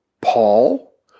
Paul